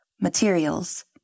materials